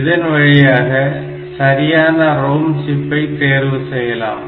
இதன் வழியாக சரியான ROM சிப்பை தேர்வு செய்யலாம்